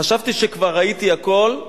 חשבתי שכבר ראיתי הכול,